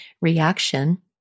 reaction